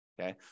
okay